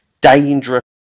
dangerous